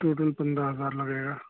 total پندرہ ہزار لگے گا